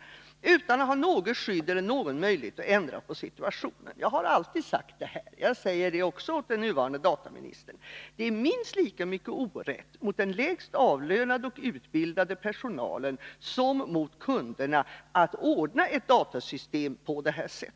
— utan att ha något skydd eller någon möjlighet att ändra på situationen. Jag har alltid sagt, och säger det nu också till dataministern: Det är minst lika mycket orätt mot den lägst avlönade och utbildade personalen som mot kunderna att ordna ett datasystem på detta sätt.